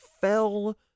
fell